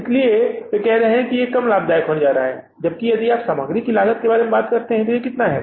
इसलिए वे कह रहे हैं कि यह कम लाभदायक होने जा रहा है जबकि यदि आप सामग्री की लागत के बारे में बात करते हैं यह रुपये कितना है